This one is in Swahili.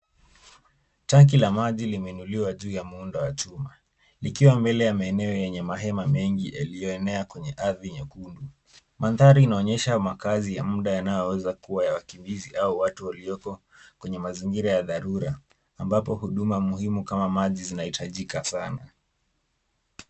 Tanki la maji limeinuliwa juu ya muundo wa chuma, likiwa mbele ya maeneo yenye mahema mengi yaliyoenea kwenye ardhi nyekundu, Mandhari inaonyesha makaazi ya muda yanayoweza kuwa ya wakimbizi au watu walioko kwenye mazingira ya dharura ambapo huduma muhimu kama maji zinahitajika sana.